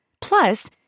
Plus